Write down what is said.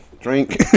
Drink